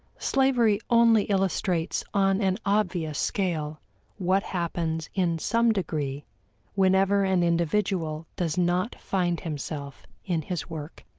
slavery only illustrates on an obvious scale what happens in some degree whenever an individual does not find himself in his work.